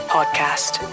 Podcast